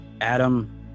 Adam